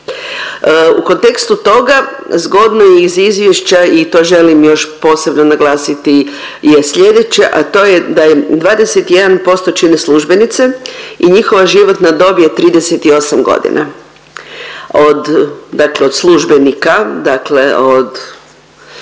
U kontekstu toga zgodno je iz izvješća i to želim još posebno naglasiti je sljedeće, a to je da je 21% čine službenice i njihova životna dob je 38 godina.